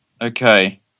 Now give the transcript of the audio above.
Okay